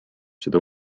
seda